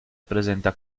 presenta